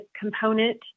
component